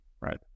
right